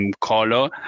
color